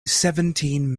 seventeen